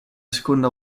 seconda